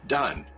done